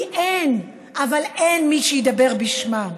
כי אין, אבל אין, מי שידבר בשמם.